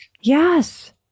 Yes